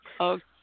Okay